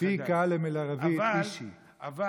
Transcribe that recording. (אומר